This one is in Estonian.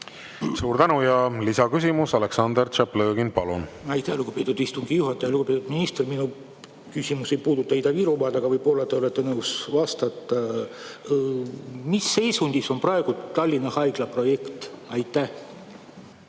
Suur tänu! Lisaküsimus, Aleksandr Tšaplõgin, palun! Aitäh, lugupeetud istungi juhataja! Lugupeetud minister! Minu küsimus ei puuduta Ida-Virumaad, aga võib-olla te olete nõus vastama. Mis seisundis on praegu Tallinna Haigla projekt? Aitäh,